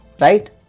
right